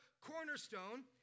cornerstone